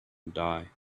die